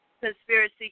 conspiracy